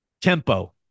Tempo